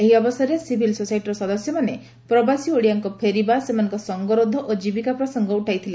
ଏହି ଅବସରରେ ସିଭିଲ ସୋସାଇଟିର ସଦସ୍ୟମାନେ ପ୍ରବାସୀ ଓଡ଼ିଆଙ୍କ ଫେରିବା ସେମାନଙ୍କ ସଙ୍ଗରୋଧ ଓ ଜୀବିକା ପ୍ରସଙ୍ଗ ଉଠାଇଥିଲେ